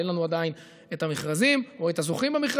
אין לנו עדיין את המכרזים או את הזוכים במכרזים